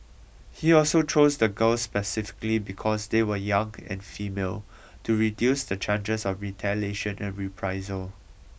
he also chose the girls specifically because they were young and female to reduce the chances of retaliation and reprisal